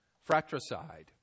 fratricide